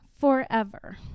forever